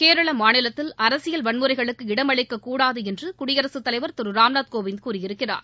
கேரள மாநிலத்தில் அரசியல் வன்முறைகளுக்கு இடமளிக்கக்கூடாது என்று குடியரசுத் தலைவா் திரு ராம்நாத் கோவிந்த் கூறியிருக்கிறார்